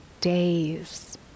days